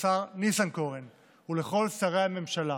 ולשר ניסנקורן ולכל שרי הממשלה: